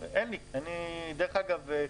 אין לי דרך אגב,